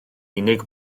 unig